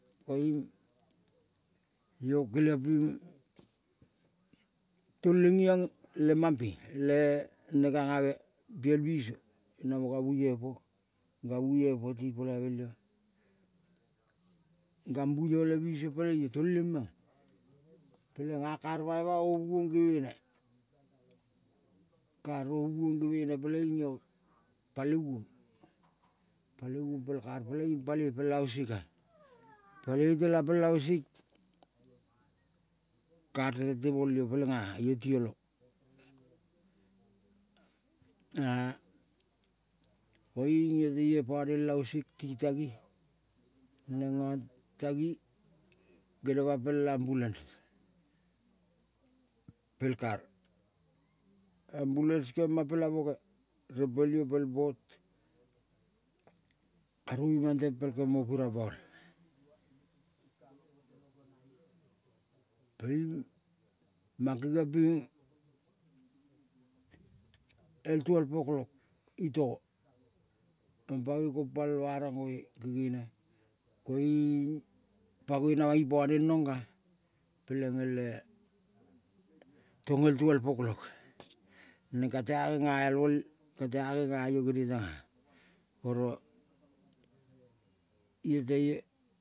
Koiung io keliang ping toleng iong le mampe le negang ave piel biso namo gavu io po, gavu po ti pelaive io. Gambu io le biso peleng io toleng menga pelenga kar baima ovuong gevene, kar ovuong gevene peleing io palevong, palevong pel kar peleng ing paloi pel ausika. Paloi iotela pel ausik kar te tente mol io pelenga io ti olo, koiung io teio pane el ausik ti tagi neng ngang tagi genema pel ambulens pel kar. Ambulens gema pela boge rempel io pel bot karou mang tempel kemo pi rabaul, peleing mang kengiong ping el tvelv oklok itogo mang pangoi, kompa el warangoi kengene koing pangoi namang ipane el. Nonga peleng ele tong el tvelv oklok, neng kata ngenga al mole, kata genga io genetenga oro io teio.